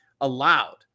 allowed